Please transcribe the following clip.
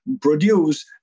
produce